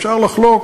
אפשר לחלוק,